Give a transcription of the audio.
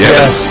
Yes